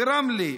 ברמלה,